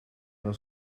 was